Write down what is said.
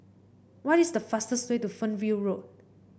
what is the fastest way to Fernhill Road